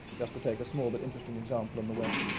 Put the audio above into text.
just to take a small but interesting example in the west.